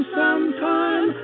sometime